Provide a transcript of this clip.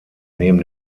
neben